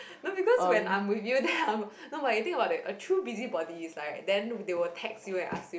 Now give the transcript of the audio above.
no because when I'm with you then I'm no but you think about it a true busybody is like then they will text you and ask you